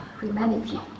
humanity